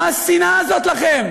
מה השנאה הזאת לכם?